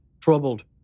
troubled